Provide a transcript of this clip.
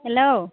hello